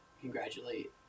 congratulate